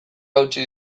hautsi